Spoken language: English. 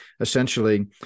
essentially